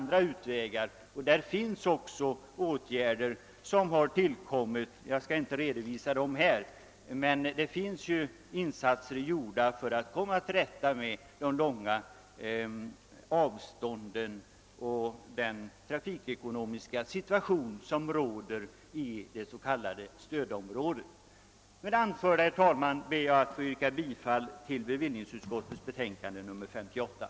Det finns också andra möjligheter — jag skall inte redovisa dem här — att komma till rätta med de långa avstånden och med den trafikekonomiska situation som råder i stödområdet. Med det anförda, herr talman, ber jag att få yrka bifall till bevillningsutskottets hemställan.